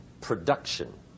production